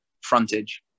frontage